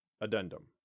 Addendum